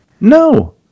No